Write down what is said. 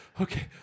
okay